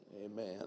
Amen